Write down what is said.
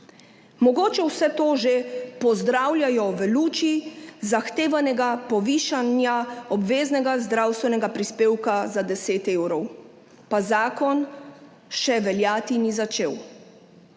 Mogoče vse to že pozdravljajo v luči zahtevanega povišanja obveznega zdravstvenega prispevka za 10 evrov, pa zakon še veljati ni začel.